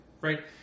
Right